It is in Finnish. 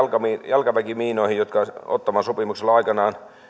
jalkaväkimiinoihin jotka ottawan sopimuksella aikanaan